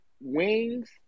Wings